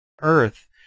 Earth